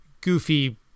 goofy